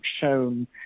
shown